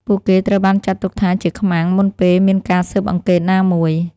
ពួកគេត្រូវបានចាត់ទុកថាជា ខ្មាំង មុនពេលមានការស៊ើបអង្កេតណាមួយ។